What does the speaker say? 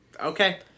Okay